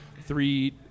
three